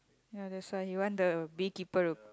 ya that's why he want the big keeper